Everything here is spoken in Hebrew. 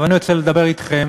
אבל אני רוצה לדבר אתכם